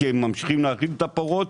כי הם ממשיכים להאכיל את הפרות,